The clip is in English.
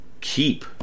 keep